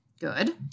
Good